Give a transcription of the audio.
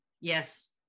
yes